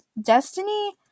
destiny